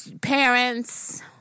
parents